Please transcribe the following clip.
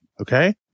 Okay